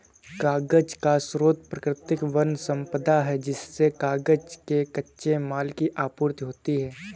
कागज का स्रोत प्राकृतिक वन सम्पदा है जिससे कागज के कच्चे माल की आपूर्ति होती है